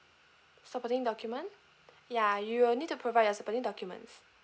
supporting document ya you will need to provide a supporting documents